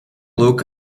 look